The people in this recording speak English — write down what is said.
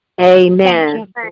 Amen